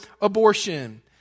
abortion